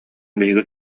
биһиги